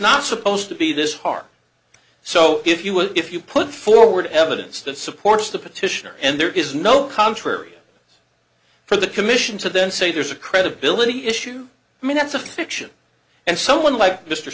not supposed to be this hard so if you would if you put forward evidence that supports the petitioner and there is no contrary for the commission to then say there's a credibility issue i mean that's a fiction and someone like mr